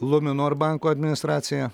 luminor banko administracija